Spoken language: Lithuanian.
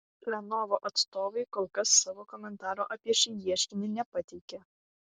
lenovo atstovai kol kas savo komentaro apie šį ieškinį nepateikė